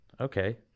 Okay